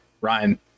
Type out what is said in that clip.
Ryan